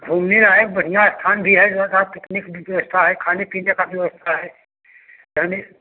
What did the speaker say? घूमने लायक बढ़िया स्थान भी है यहाँ पिकनिक की भी व्यवस्था है खाने पीने का व्यवस्था है यानी